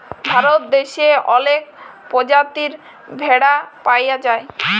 ভারত দ্যাশে অলেক পজাতির ভেড়া পাউয়া যায়